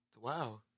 Wow